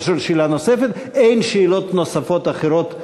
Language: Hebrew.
אין שאלות אחרות מהמליאה.